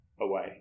away